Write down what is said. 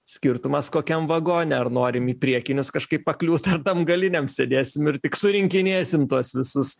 skirtumas kokiam vagone ar norim į priekinius kažkaip pakliūt ar tam galiniam sėdėsim ir tik surinkinėsim tuos visus